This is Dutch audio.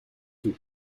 toe